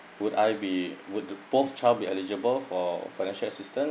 would I be would both child be eligible for financial assistance